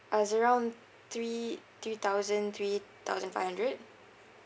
uh it's around three three thousand three thousand five hundred